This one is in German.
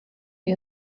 sie